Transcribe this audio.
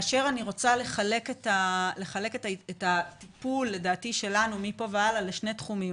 אני רוצה לחלק את הטיפול שלנו מפה והלאה לשני תחומים,